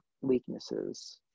weaknesses